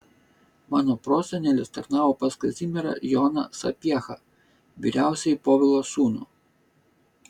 mano prosenelis tarnavo pas kazimierą joną sapiehą vyriausiąjį povilo sūnų